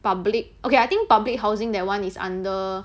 public okay I think public housing that one is under